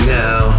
now